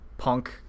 punk